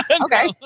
Okay